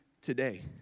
today